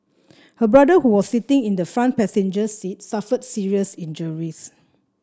her brother who was sitting in the front passenger seat suffered serious injuries